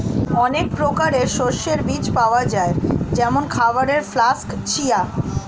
অনেক প্রকারের শস্যের বীজ পাওয়া যায় যেমন খাবারের ফ্লাক্স, চিয়া